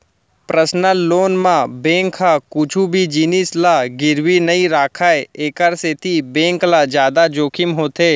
personal loan म bank ह कुछु भी जिनिस ल गिरवी नइ राखय एखर सेती बेंक ल जादा जोखिम होथे